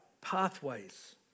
pathways